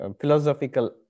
philosophical